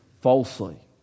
falsely